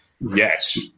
Yes